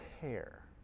care